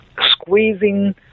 squeezing